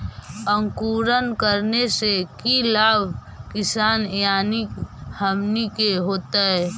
अंकुरण करने से की लाभ किसान यानी हमनि के होतय?